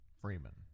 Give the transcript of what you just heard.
Freeman